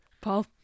Paul